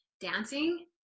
dancing